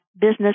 business